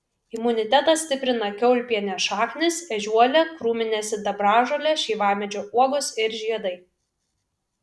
imunitetą stiprina kiaulpienės šaknys ežiuolė krūminė sidabražolė šeivamedžio uogos ir žiedai